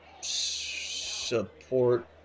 support